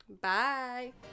Bye